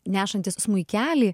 nešantis smuikelį